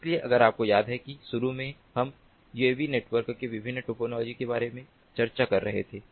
इसलिए अगर आपको याद है कि शुरू में हम यूएवी नेटवर्क के विभिन्न टोपोलॉजी के बारे में चर्चा कर रहे थे